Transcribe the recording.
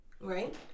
right